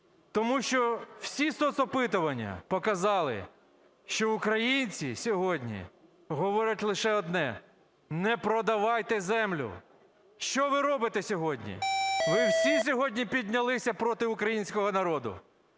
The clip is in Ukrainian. Тому що всі соцопитування показали, що українці сьогодні говорять лише одне: не продавайте землю. Що ви робите сьогодні? Ви всі сьогодні піднялися проти українського народу.